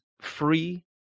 free